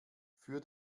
für